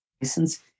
license